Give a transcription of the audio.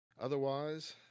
otherwise